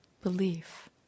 belief